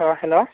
आह हेल'